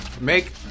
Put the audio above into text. Make